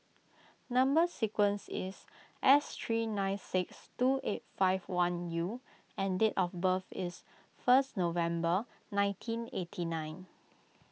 Number Sequence is S three nine six two eight five one U and date of birth is first November nineteen eighty nine